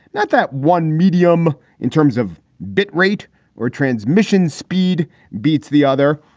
not that one medium in terms of bit rate or transmission. speed beats the other,